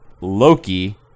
Loki